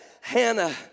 Hannah